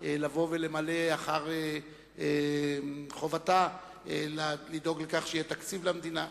ומחייב את הכנסת למלא אחר חובתה לדאוג לכך שיהיה תקציב למדינה.